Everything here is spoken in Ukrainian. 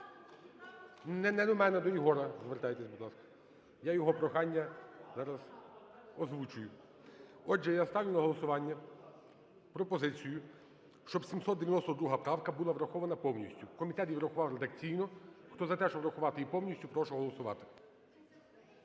Не до мене, до Єгора звертайтесь, будь ласка. Я його прохання зараз озвучую. Отже, я ставлю на голосування пропозицію, щоб 792 правка була врахована повністю. Комітет її врахував редакційно. Хто за те, щоб врахувати її повністю, прошу голосувати.